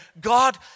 God